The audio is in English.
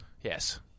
Yes